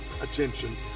attention